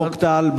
חוק טל,